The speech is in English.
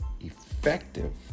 effective